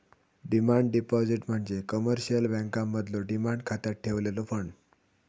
demand deposit म्हणजे commercial बँकांमधलो demand खात्यात ठेवलेलो फंड